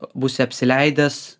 būsi apsileidęs